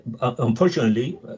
unfortunately